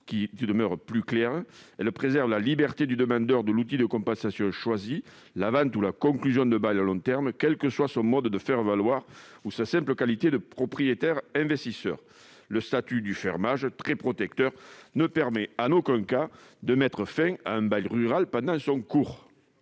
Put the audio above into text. qui se révèle plus claire. Elle préserve la liberté du demandeur de l'outil de compensation choisi- la vente ou la conclusion d'un bail à long terme -, quel que soit le mode de faire valoir ou en simple qualité de propriétaire investisseur. Le statut du fermage, très protecteur, ne permet en aucun cas d'interrompre un bail rural. L'amendement